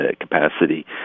capacity